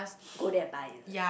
go there and buy is it